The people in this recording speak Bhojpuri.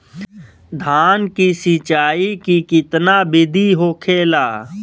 धान की सिंचाई की कितना बिदी होखेला?